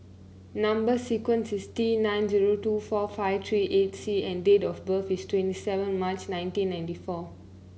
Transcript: number sequence is T nine zero two four five three eight C and date of birth is twenty seven March nineteen ninety four